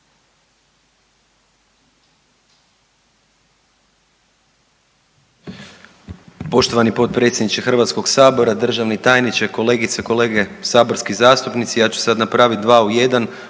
Poštovani potpredsjedniče HS-a, državni tajniče, kolegice, kolege saborski zastupnici. Ja ću sad napraviti dva u jedan,